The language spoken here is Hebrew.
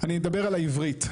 אני אדבר על העברית.